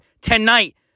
tonight